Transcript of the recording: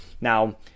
Now